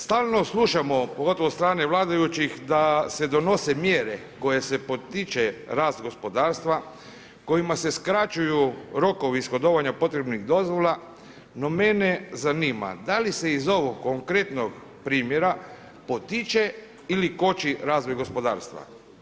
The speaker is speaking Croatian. Stalno slušamo, pogotovo od strane vladajućih da se donose mjere kojima se potiče rast gospodarstva, kojima se skraćuju rokovi ishodovanja potrebnih dozvola, no mene zanima da li se iz ovog konkretnog primjera potiče ili koči razvoj gospodarstva.